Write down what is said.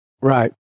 Right